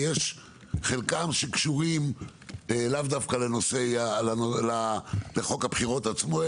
חלקם קשורים לאו דווקא לחוק הבחירות עצמו,